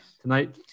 tonight